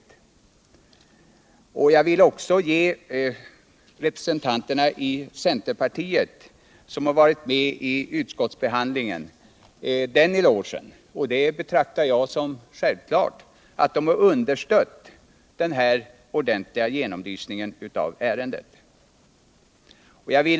I det sammanhanget vill jag - även om jag betraktar det som självklart att de handlat så — ge representanterna för centerpartiet som varit med vid utskottsbehandlingen en eloge för att de har understött kravet på en ordentlig genomlysning av ärendet.